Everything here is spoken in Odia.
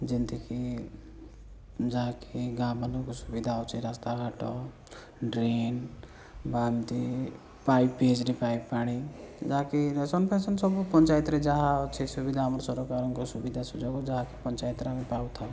ଯେମିତିକି ଯାହାକି ଗାଁମାନଙ୍କୁ ସୁବିଧା ହେଉଛି ରାସ୍ତା ଘାଟ ଡ୍ରେନ୍ ବା ଏମିତି ପାଇପ୍ ପି ଏଚ୍ ଡ଼ି ପାଣି ଯାହାକି ରାସନ୍ ଫାସନ୍ ସବୁ ପଞ୍ଚାୟତରେ ଯାହା ଅଛି ସୁବିଧା ଆମ ସରକାରଙ୍କ ସୁବିଧା ସୁଯୋଗ ଯାହାକି ପଞ୍ଚାୟତରେ ଆମେ ପାଉଥାଉ